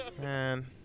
Man